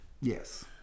Yes